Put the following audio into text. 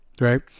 right